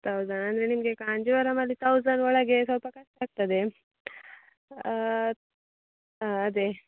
thousand ಅಂದರೆ ನಿಮಗೆ ಕಾಂಜೀವರಮಲ್ಲಿ ತೌಝಂಡ್ ಒಳಗೆ ಸ್ವಲ್ಪ ಕಷ್ಟ ಆಗ್ತದೆ ಹಾಂ ಅದೇ